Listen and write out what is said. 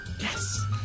Yes